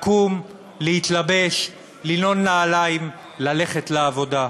לקום, להתלבש, לנעול נעליים, ללכת לעבודה.